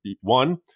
One